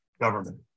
government